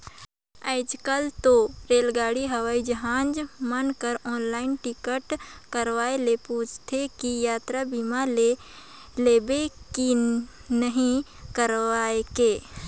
आयज कायल तो रेलगाड़ी हवई जहाज मन कर आनलाईन टिकट करवाये ले पूंछते कि यातरा बीमा लेबे की नही कइरके